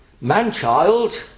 man-child